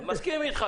אני מסכים איתך.